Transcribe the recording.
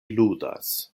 ludas